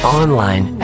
online